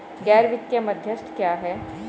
गैर वित्तीय मध्यस्थ क्या हैं?